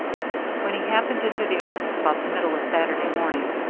when he happened into the office about the middle of saturday morning,